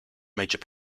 major